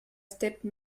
steppe